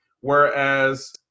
Whereas